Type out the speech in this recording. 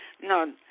No